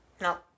No